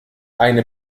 eine